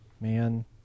man